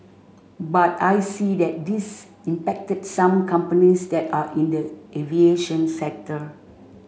but I see that this impacted some companies that are in the aviation sector